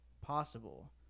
possible